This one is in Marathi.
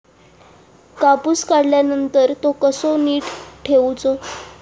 कापूस काढल्यानंतर तो कसो नीट ठेवूचो?